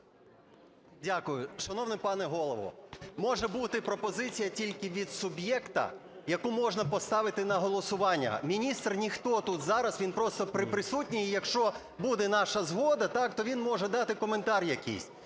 Дякую. Шановний пане Голово, може бути пропозиція тільки від суб'єкта, яку можна поставити на голосування. Міністр – ніхто тут зараз, він просто присутній, і якщо буде наша згода, так, то він може дати коментар якийсь.